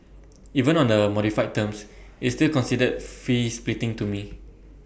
even on the modified terms it's still considered fee splitting to me